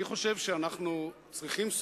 אני חושב שאנחנו צריכים,